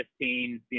15